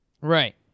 Right